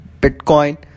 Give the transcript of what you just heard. Bitcoin